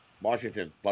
Washington